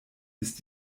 ist